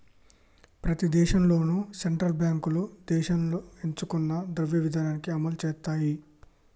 ప్రతి దేశంలోనూ సెంట్రల్ బ్యాంకులు దేశం ఎంచుకున్న ద్రవ్య ఇధానాన్ని అమలు చేత్తయ్